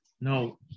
No